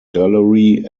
gallery